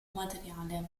materiale